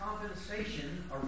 compensation